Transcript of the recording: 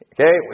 Okay